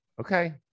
Okay